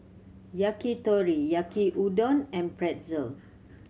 Yakitori Yaki Udon and Pretzel